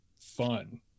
fun